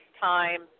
time